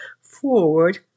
forward